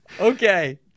Okay